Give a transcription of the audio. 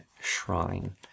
shrine